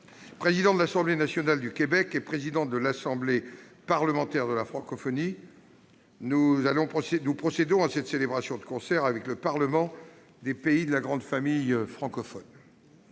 président de l'Assemblée nationale du Québec et président de l'Assemblée parlementaire de la francophonie, nous procédons à cette célébration de concert avec les parlements des pays de la grande famille francophone.